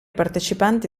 partecipanti